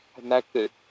connected